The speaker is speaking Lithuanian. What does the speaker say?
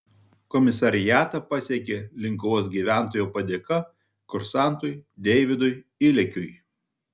komisariatą pasiekė linkuvos gyventojo padėka kursantui deividui ilekiui